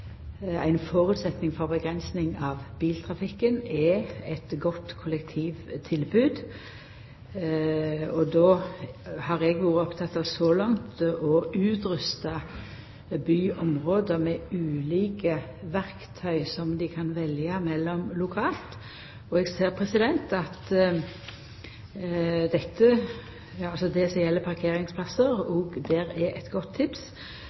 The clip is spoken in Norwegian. eit godt kollektivtilbod. Då har eg så langt vore oppteken av å utrusta byområda med ulike verktøy som dei kan velja mellom lokalt. Eg ser at det som gjeld parkeringsplassar, òg der er eit godt tips,